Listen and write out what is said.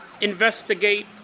investigate